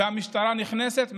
והמשטרה נכנסת,